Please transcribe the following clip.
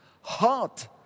Heart